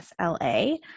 SLA